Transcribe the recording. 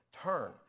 turn